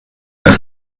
was